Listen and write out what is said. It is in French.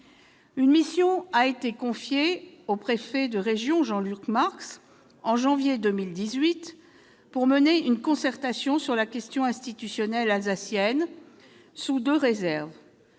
Une mission a été confiée au préfet de région Jean-Luc Marx en janvier 2018 pour mener une concertation sur la question institutionnelle alsacienne, sous deux réserves